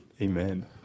Amen